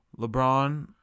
LeBron